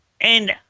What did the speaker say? And-